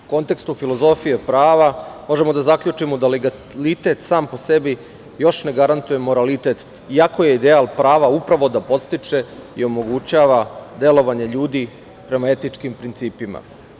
U kontekstu filozofije prava, možemo da zaključimo da legalitet sam po sebi još ne garantuje moralitet, iako je ideal prava upravo da podstiče i omogućava delovanje ljudi prema etičkim principima.